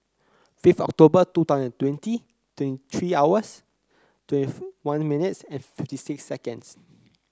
fifth October two thousand and twenty twenty three hours twenty one minutes and fifty six seconds